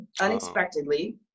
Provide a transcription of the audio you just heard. unexpectedly